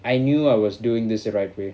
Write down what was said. I knew I was doing this the right way